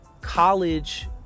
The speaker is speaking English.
college